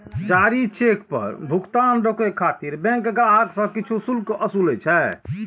जारी चेक पर भुगतान रोकै खातिर बैंक ग्राहक सं किछु शुल्क ओसूलै छै